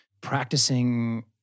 practicing